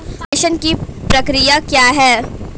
प्रेषण की प्रक्रिया क्या है?